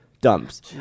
dumps